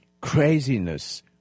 craziness